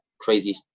crazy